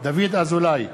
דוד אזולאי,